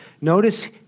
Notice